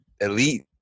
elite